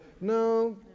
No